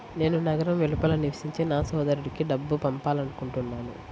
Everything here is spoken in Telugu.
నేను నగరం వెలుపల నివసించే నా సోదరుడికి డబ్బు పంపాలనుకుంటున్నాను